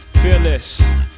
fearless